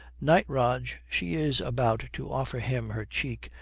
night, rog she is about to offer him her cheek,